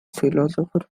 philosopher